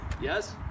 yes